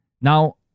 Now